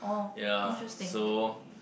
ya so